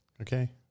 Okay